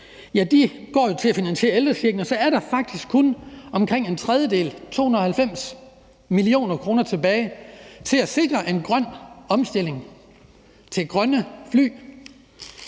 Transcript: afgift, går jo til at finansiere ældrechecken, og så er der faktisk kun omkring en tredjedel, 290 mio. kr., tilbage til at sikre en grøn omstilling til grønne fly